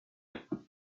cueur